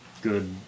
good